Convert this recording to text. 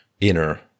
inner